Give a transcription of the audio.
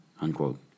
unquote